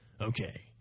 Okay